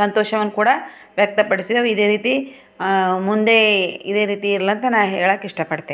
ಸಂತೋಷವನ್ನು ಕೂಡ ವ್ಯಕ್ತಪಡಿಸಿದ್ದೆವು ಇದೇ ರೀತಿ ಮುಂದೆ ಇದೇ ರೀತಿ ಇರ್ಲೆಂತ ನಾನು ಹೇಳಕ್ಕೆ ಇಷ್ಟಪಡ್ತೆನೆ